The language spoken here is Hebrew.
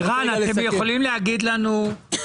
ערן, אתם יכולים לתת לנו נתון